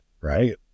right